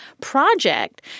project